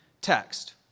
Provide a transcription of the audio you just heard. text